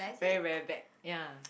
very very back ya